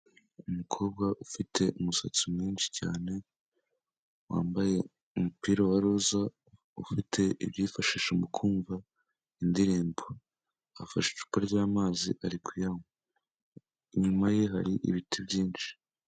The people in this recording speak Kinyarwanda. Umukobwa ufite umusatsi mwinshi cyane, wambaye umupira wa ruje ufite ibyifashisha mu kumva indirimbo, afashe icupa ry'amazi ari kuyanywa inyuma ye hari ibiti byinshi.